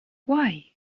why